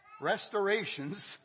restorations